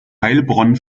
heilbronn